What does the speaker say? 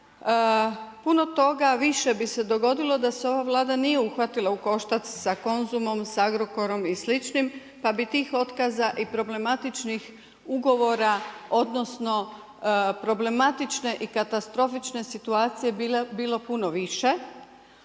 puno toga više bi se dogodilo da se ova Vlada nije uhvatila u koštac sa Konzumom, sa Agrokorom i sličnim, pa bi tih otkaza i problematičnih ugovora, odnosno, problematične i katastrofične situacije bilo puno više.